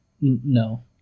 No